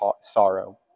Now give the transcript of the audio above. sorrow